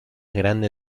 grande